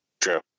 true